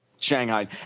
Shanghai